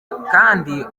kandi